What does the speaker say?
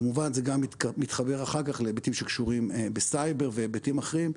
כמובן זה מתחבר אחר כך להיבטים שקשורים לסייבר והיבטים אחרים.